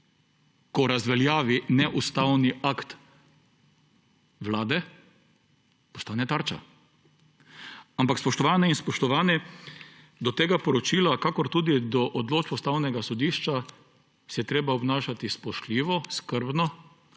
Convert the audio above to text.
ko razveljavi neustavni akt Vlade, postane tarča. Ampak, spoštovane in spoštovani, do tega poročila in tudi do odločb Ustavnega sodišča se je treba obnašati spoštljivo, skrbno,